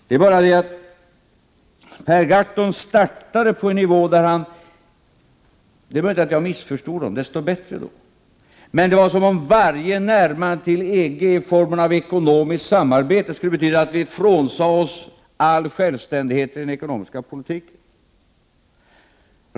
Det är möjligt att jag missförstod Per Gahrton, så mycket bättre i så fall, men han startade på en nivå som verkade innebära att varje närmande till EG i formen av ekonomiskt samarbete skulle innebära att vi frånsade oss all självständighet i den ekonomiska politiken.